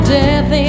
death